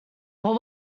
what